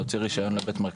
להוציא רישיון לבית מרקחת.